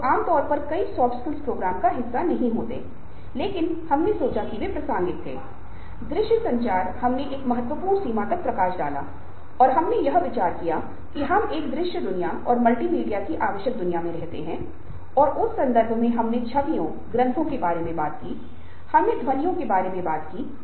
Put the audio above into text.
आप आंतरिक रूप से जो करना चाहते हैं उसे प्रतिबिंबित मनन और कल्पना करें और जब आप अपने आप से पूछें कि मैं आंतरिक रूप से क्या करना चाहता हूं तो इसका मतलब है व्यक्ति में आंतरिक आत्म क्या वह करना चाहता है या बाहरी स्व की तुलना में वह क्या करना पसंद करता है बाहर आएगा और इसलिए आइंस्टीन ने कहा यदि आप एक खुशहाल जीवन जीना चाहते हैं तो इसे एक लक्ष्य के लिए बन्दले लोगों या वस्तुओं के लिए नहीं और इसके लिए अपनी दृष्टि और जुनून के साथ स्वयं को प्रेरित महसूस करें